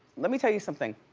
let me tell you something.